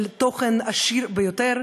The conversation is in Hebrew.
של תוכן עשיר ביותר,